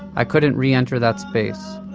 i couldn't re-enter that space.